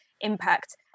impact